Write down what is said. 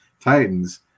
Titans